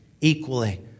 equally